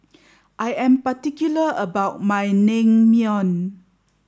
I am particular about my Naengmyeon